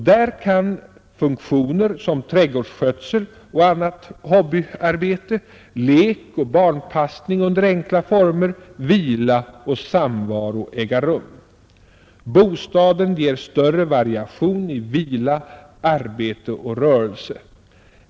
Där kan funktioner som trädgårdsskötsel och annat hobbyarbete, lek och barnpassning under enkla former, vila och samvaro äga rum. Bostaden ger större variation i vila, arbete och rörelse.